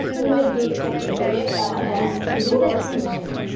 they give it to you. they give it? oh. unless, if it said choose randomly.